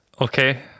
okay